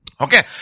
okay